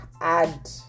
add